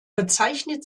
bezeichnet